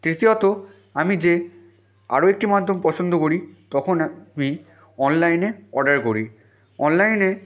তৃতীয়ত আমি যে আরও একটি মাধ্যম পছন্দ করি তখন আমি অনলাইনে অর্ডার করি অনলাইনে